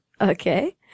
Okay